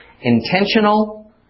intentional